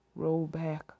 rollback